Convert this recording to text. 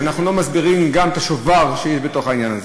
שאנחנו לא מסבירים גם את השובר שיש בתוך העניין הזה.